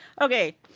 Okay